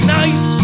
nice